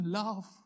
love